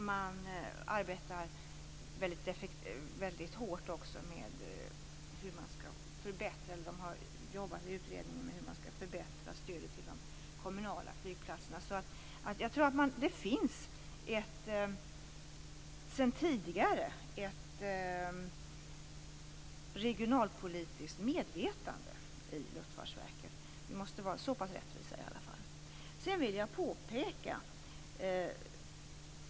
Man arbetar också väldigt hårt med utredningen om hur stödet till de kommunala flygplatserna skall förbättras. Vi måste vara så rättvisa att vi säger att det sedan tidigare finns ett regionalpolitiskt medvetande i Luftfartsverket.